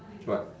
what